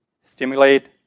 stimulate